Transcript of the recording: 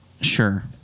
Sure